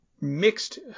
mixed